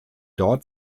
dort